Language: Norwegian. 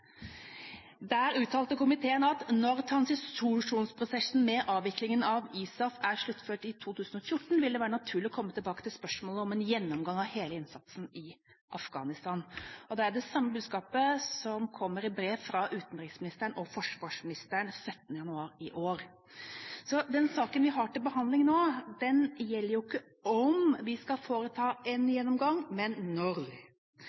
Der uttalte komiteen at «når transisjonsprosessen med avviklingen av ISAF er sluttført i 2014, vil det være naturlig å komme tilbake til spørsmålet om en gjennomgang av hele innsatsen i Afghanistan». Det er det samme budskapet som kommer i brev fra utenriksministeren og forsvarsministeren 17. januar i år, så den saken vi har til behandling nå, gjelder ikke om vi skal foreta en